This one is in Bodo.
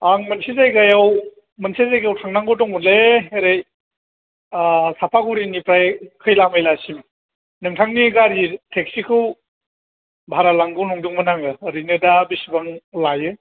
आं मोनसे जायगायाव थांनांगौ दंमोनलै ओरै साफागुरिनिफ्राय खैला मैलासिम नोंथांनि गारि टेक्सिखौ भारा लांगौ नंदोंमोन आङो ओरैनो दा बेसेबां लायो